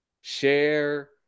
Share